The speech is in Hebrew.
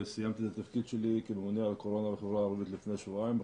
אני סיימתי את התפקיד שלי כממונה על הקורונה בחברה הערבית לפני שבועיים,